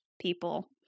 people